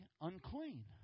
unclean